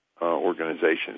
organizations